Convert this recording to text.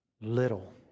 little